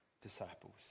disciples